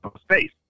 space